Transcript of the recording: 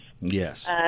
Yes